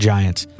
Giants